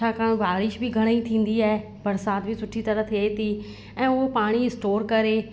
छाकाणि बारिश बि घणेई थींदी आहे बरिसात बि सुठी तरह थिए थी ऐं उहो पाणी स्टोर करे